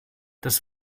das